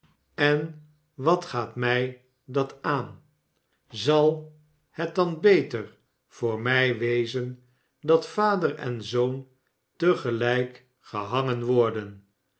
en wat gaat mij dat aan zal het dan beter voor mij wezen dat vader en zoon te gelijk gehangen worden